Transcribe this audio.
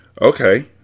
Okay